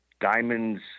diamonds